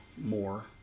more